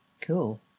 Cool